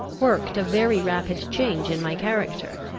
worked a very rapid change in my character.